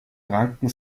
ranken